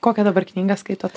kokią dabar knygą skaitot